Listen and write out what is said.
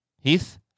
Heath